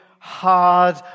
Hard